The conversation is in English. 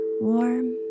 warm